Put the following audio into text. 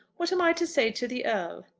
what am i to say to the earl?